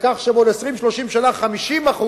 לכך שבעוד 20 30 שנה 50%